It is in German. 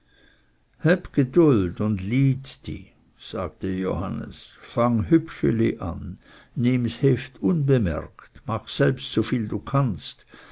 geduld und lyd dih sagte johannes fange hübscheli an nimm sheft unbemerkt mach selbst so viel du kannst